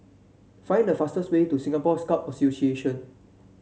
find the fastest way to Singapore Scout Association